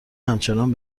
همچنان